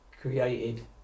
created